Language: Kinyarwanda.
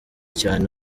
cyane